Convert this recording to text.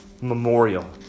memorial